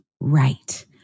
Right